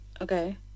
okay